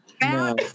no